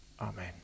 amen